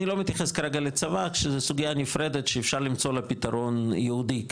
אני לא מתייחס כרגע לצבא שזה סוגייה נפרדת שאפשר למצוא לה פתרון ייעודי,